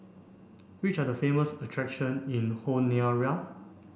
which are the famous attraction in Honiara